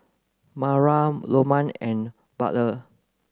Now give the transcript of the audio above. Maura Loma and Butler